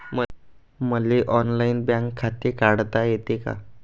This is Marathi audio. मले ऑनलाईन बँक खाते काढता येते का?